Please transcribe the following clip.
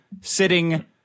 sitting